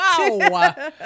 wow